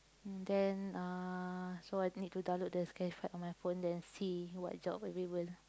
then uh so I need to download the Classified App on my phone then see what job available